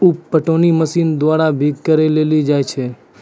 उप पटौनी मशीन द्वारा भी करी लेलो जाय छै